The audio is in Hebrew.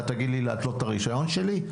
אתה תגיד לי להתלות את הרשיון שלי?